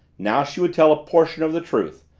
now she would tell a portion of the truth,